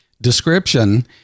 description